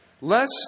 less